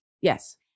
Yes